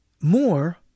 more